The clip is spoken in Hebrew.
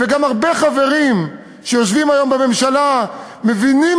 גם הרבה חברים שיושבים היום בממשלה מבינים